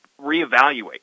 reevaluate